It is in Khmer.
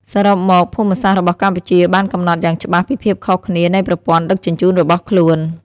សរុបមក ភូមិសាស្ត្ររបស់កម្ពុជាបានកំណត់យ៉ាងច្បាស់ពីភាពខុសគ្នានៃប្រព័ន្ធដឹកជញ្ជូនរបស់ខ្លួន។